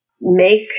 make